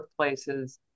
workplaces